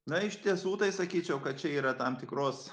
na iš tiesų tai sakyčiau kad čia yra tam tikros